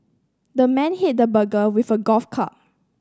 the man hit the burger with a golf club